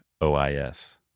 O-I-S